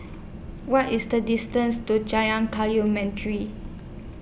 What IS The distance to Jalan Kayu Mantri